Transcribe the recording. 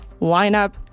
lineup